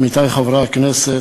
עמיתי חברי הכנסת,